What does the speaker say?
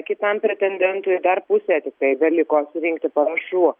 kitam pretendentui dar pusę tiktai beliko surinkti parašų